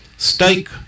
steak